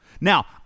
Now